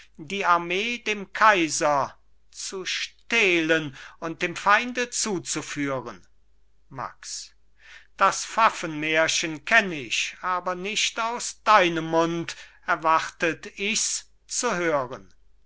die armee dem kaiser zu stehlen und dem feinde zuzuführen max das pfaffenmärchen kenn ich aber nicht aus deinem mund erwartet ichs zu hören